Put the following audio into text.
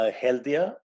healthier